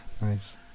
Nice